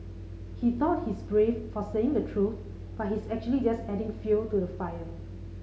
he thought he's brave for saying the truth but he's actually just adding fuel to the fire